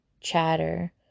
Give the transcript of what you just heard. chatter